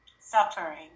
suffering